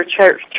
church